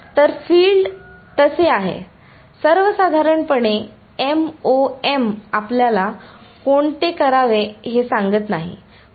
तर फील्ड तसे आहे सर्वसाधारणपणे MoM आपल्याला कोणते करावे हे सांगत नाही